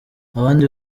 abandi